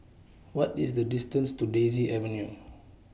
What IS The distance to Daisy Avenue